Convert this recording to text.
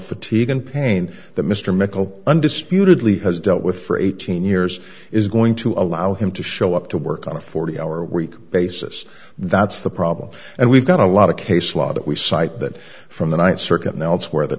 fatigue and pain that mr mickel undisputedly has dealt with for eighteen years is going to allow him to show up to work on a forty hour week basis that's the problem and we've got a lot of case law that we cite that from the th circuit and elsewhere th